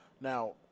now